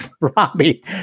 Robbie